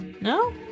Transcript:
No